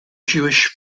jewish